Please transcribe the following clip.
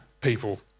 people